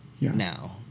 now